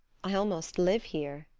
i almost live here,